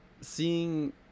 seeing